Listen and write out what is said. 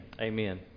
Amen